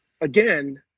again